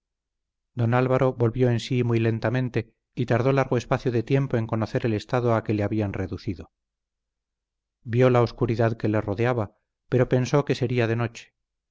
don álvaro volvió en sí muy lentamente y tardó largo espacio de tiempo en conocer el estado a que le habían reducido vio la oscuridad que le rodeaba pero pensó que sería de noche